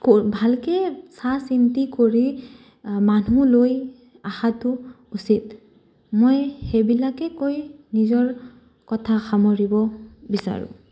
ভালকে চিন্তি কৰি মানুহ লৈ অহাটো উচিত মই সেইবিলাকে কৈ নিজৰ কথা সামৰিব বিচাৰোঁ